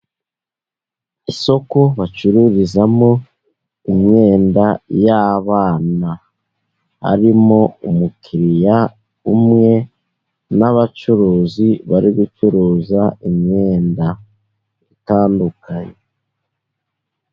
Isoko bacururizamo imyenda y'abana, harimo umukiriya umwe, n'abacuruzi bari gucuruza, imyenda itandukanye.